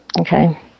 okay